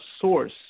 source